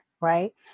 right